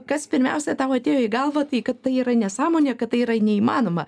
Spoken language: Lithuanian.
kas pirmiausia tau atėjo į galvą tai kad tai yra nesąmonė kad tai yra neįmanoma